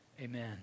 Amen